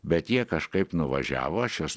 bet jie kažkaip nuvažiavo aš juos